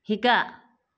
শিকা